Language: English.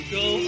go